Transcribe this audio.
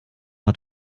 hat